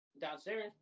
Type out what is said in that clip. Downstairs